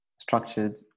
structured